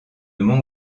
mont